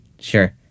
Sure